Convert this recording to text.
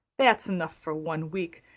that's enough for one week.